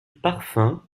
parfum